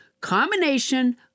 combination